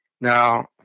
Now